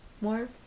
more